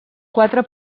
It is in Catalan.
quatre